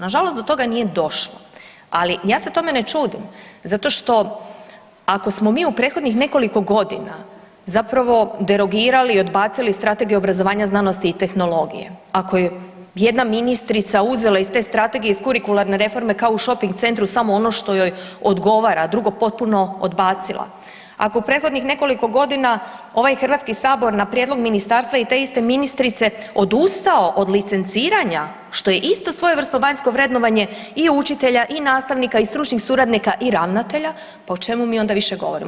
Nažalost, do toga nije došlo, ali ja se tome ne čudim zato što ako smo mi u prethodnih nekoliko godina zapravo derogirali i odbacili strategiju obrazovanja, znanosti i tehnologije, ako je jedna ministrica uzela iz te strategije iz kurikularne reforme kao u šoping centru samo ono što joj odgovara, a drugo potpuno odbacila, ako je u prethodnih nekoliko godina ovaj HS na prijedlog ministarstva i te iste ministrice odustao od licenciranja, što je isto svojevrsno vanjsko vrednovanje i učitelja i nastavnika i stručnih suradnika i ravnatelja, pa o čemu mi onda više govorimo.